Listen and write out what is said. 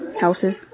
Houses